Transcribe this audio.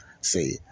See